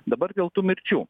dabar dėl tų mirčių